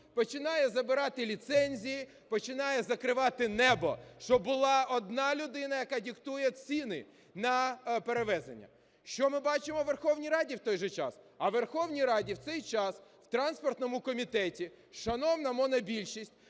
Починає забирати ліцензії, починає закривати небо, щоб була одна людина, яка диктує ціни на перевезення. Що ми бачимо у Верховній Раді в той же час? А у Верховній Раді у цей час в транспортному комітеті шановна монобільшість